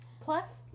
Plus